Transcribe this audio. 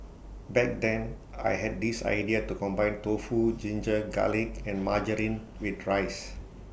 back then I had this idea to combine tofu ginger garlic and margarine with rice